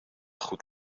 goed